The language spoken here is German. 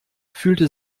fühlte